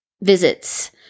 visits